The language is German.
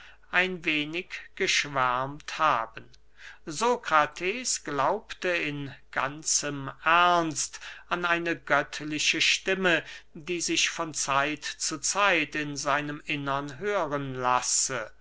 ein wenig geschwärmt haben sokrates glaubte in ganzem ernst an eine göttliche stimme die sich von zeit zu zeit in seinem innern hören lasse